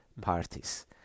parties